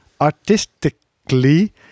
artistically